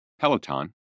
Peloton